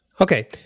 Okay